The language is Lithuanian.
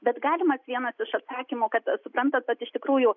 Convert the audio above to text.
bet galimas vienas iš atsakymų kad suprantat kad iš tikrųjų